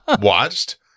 watched